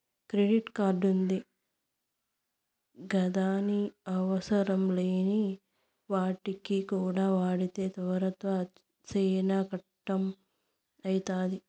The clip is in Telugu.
కెడిట్ కార్డుంది గదాని అవసరంలేని వాటికి కూడా వాడితే తర్వాత సేనా కట్టం అయితాది